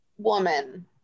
woman